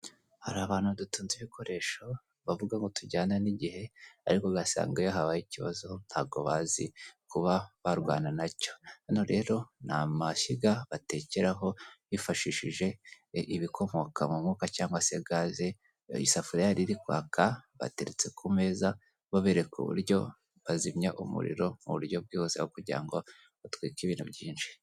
Hari abantu dutunze ibikoresho bavuga ko tujyana n'igihe ariko ugasanga yahabaye ikibazo ntago bazi kuba barwana nacyo, ano rero ni amashyiga batekeraho bifashishije ibikomoka mu mwuka cyangwa se gaze hariho amasafuriya iri kwaka bateretse ku meza babereka uburyo bazimya umuriro mu buryo bwihuse kugira ngo batwike ibintu byinshi.